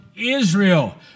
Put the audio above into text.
Israel